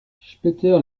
später